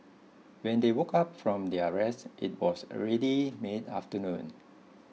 when they woke up from their rest it was already mid afternoon